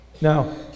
Now